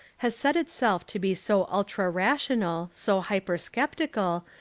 has set itself to be so ultra rational, so hyper-sceptical,